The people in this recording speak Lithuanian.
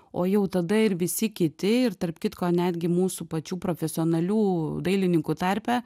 o jau tada ir visi kiti ir tarp kitko netgi mūsų pačių profesionalių dailininkų tarpe